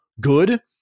good